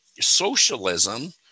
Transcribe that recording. socialism